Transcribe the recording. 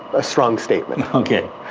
a strong statement. okay,